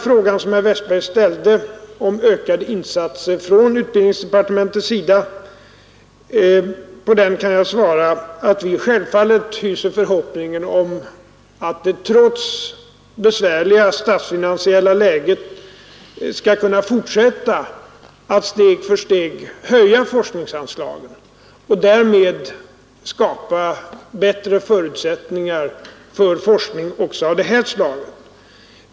På herr Westbergs fråga om ökade insatser från utbildningsdepartementets sida kan jag svara att vi självfallet hyser förhoppningen om att vi trots det besvärliga statsfinansiella läget skall kunna fortsätta att steg för steg höja forskningsanslagen och därmed skapa bättre förutsättningar för forskning också av det här slaget.